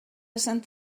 sant